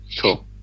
cool